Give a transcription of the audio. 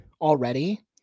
already